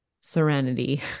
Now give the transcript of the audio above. serenity